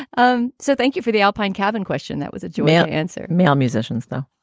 um so thank you for the alpine cabin question. that was a germane answer. male musicians, though